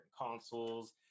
consoles